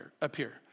appear